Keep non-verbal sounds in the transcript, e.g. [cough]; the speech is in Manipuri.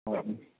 [unintelligible]